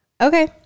Okay